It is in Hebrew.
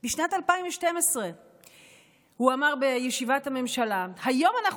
בשנת 2012 הוא אמר בישיבת הממשלה: היום אנחנו